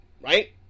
Right